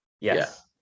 yes